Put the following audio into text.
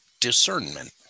discernment